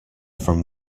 from